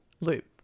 loop